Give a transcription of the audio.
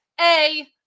A-